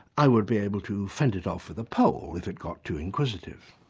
i would be able to fend it off with a pole if it got too inquisitive.